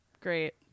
Great